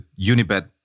Unibet